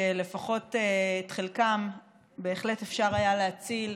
שלפחות את חלקם בהחלט אפשר היה להציל.